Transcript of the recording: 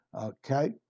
okay